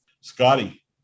Scotty